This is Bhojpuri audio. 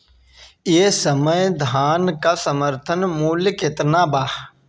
एह समय धान क समर्थन मूल्य केतना बा?